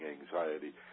anxiety